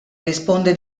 risponde